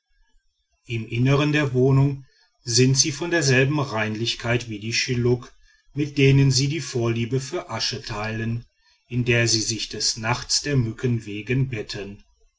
im innern der wohnungen sind sie von derselben reinlichkeit wie die schilluk mit denen sie die vorliebe für asche teilen in der sie sich des nachts der mücken wegen betten